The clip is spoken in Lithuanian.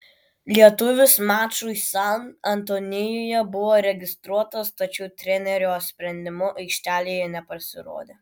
lietuvis mačui san antonijuje buvo registruotas tačiau trenerio sprendimu aikštelėje nepasirodė